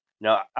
Now